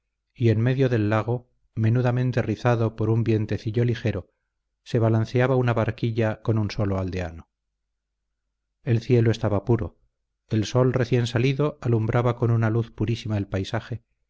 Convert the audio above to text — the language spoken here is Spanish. y en el medio del lago menudamente rizado por un vientecillo ligero se balanceaba una barquilla con un solo aldeano el cielo estaba puro el sol recién salido alumbraba con una luz purísima el paisaje